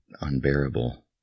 unbearable